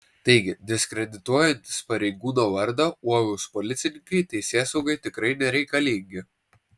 taigi diskredituojantys pareigūno vardą uolūs policininkai teisėsaugai tikrai nereikalingi